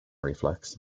reflex